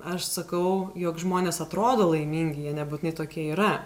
aš sakau jog žmonės atrodo laimingi jie nebūtinai tokie yra